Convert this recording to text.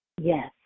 Yes